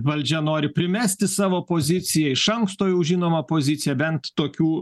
valdžia nori primesti savo poziciją iš anksto jau žinoma pozicija bent tokių